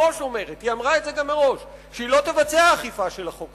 אמרה מראש שהיא לא תבצע אכיפה של החוק הזה,